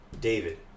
David